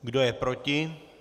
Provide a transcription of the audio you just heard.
Kdo je proti?